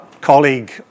colleague